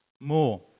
more